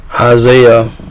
Isaiah